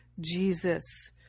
Jesus